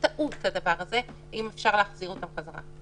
המוקדן שאליו מגיעים יכול לתת פטור לאדם?